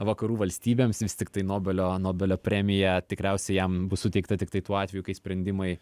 vakarų valstybėms vis tiktai nobelio nobelio premija tikriausiai jam bus suteikta tiktai tuo atveju kai sprendimai